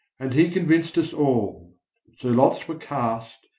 and he convinced us all so lots were cast,